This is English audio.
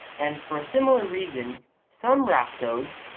and for a similar reason some rhapsodes,